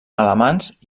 alamans